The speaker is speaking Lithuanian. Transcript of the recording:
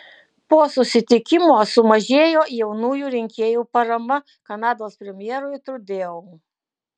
po susitikimo sumažėjo jaunųjų rinkėjų parama kanados premjerui trudeau